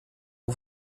این